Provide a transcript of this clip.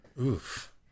Oof